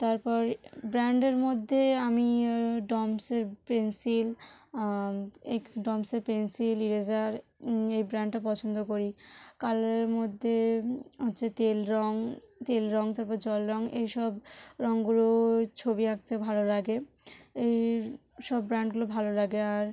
তারপর ব্র্যান্ডের মধ্যে আমি ডমসের পেনসিল এক ডমসের পেনসিল ইরেজার এই ব্র্যান্ডটা পছন্দ করি কালারের মধ্যে আছে তেল রঙ তেল রঙ তার পরে জল রঙ এই সব রঙগুলোর ছবি আঁকতে ভালো লাগে এই সব ব্র্যান্ডগুলো ভালো লাগে আর